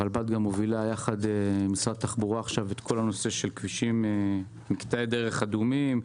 הרלב"ד מוביל יחד עם משרד התחבורה את כל הנושא של מקטעי דרך אדומים,